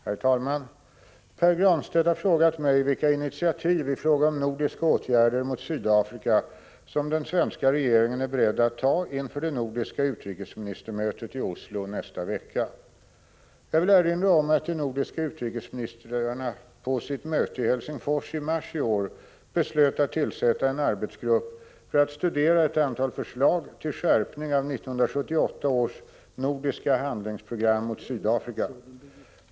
Herr talman! Pär Granstedt har frågat mig vilka initiativ i fråga om nordiska åtgärder mot Sydafrika som den svenska regeringen är beredd att ta inför det nordiska utrikesministermötet i Oslo nästa vecka. Jag vill erinra om att de nordiska utrikesministrarna på sitt möte i Helsingfors i mars i år beslöt att tillsätta en arbetsgrupp för att studera ett antal förslag till skärpning av 1978 års nordiska handlingsprogram mot Sydafrika.